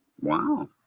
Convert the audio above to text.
Wow